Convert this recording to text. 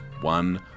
one